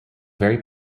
very